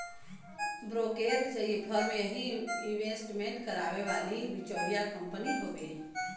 brokerage firm यही investment कराए वाली बिचौलिया कंपनी हउवे